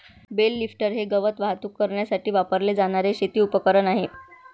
bell lifter हे गवत वाहतूक करण्यासाठी वापरले जाणारे शेती उपकरण आहे